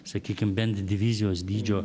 sakykim bent divizijos dydžio